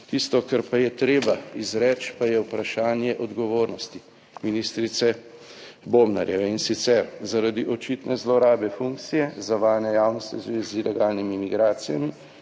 Tisto, kar pa je treba izreči pa je vprašanje odgovornosti ministrice Bobnarjeve, in sicer zaradi očitne zlorabe funkcije, zavajanja javnosti v zvezi z ilegalnimi migracijami